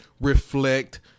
reflect